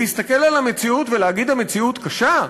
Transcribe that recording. להסתכל על המציאות ולהגיד: המציאות קשה,